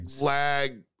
lag